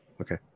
Okay